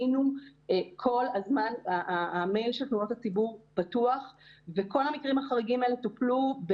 כל הזמן המייל של תלונות הציבור פתוח וכל המקרים החריגים האלה טופלו.